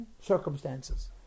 circumstances